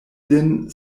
lin